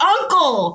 Uncle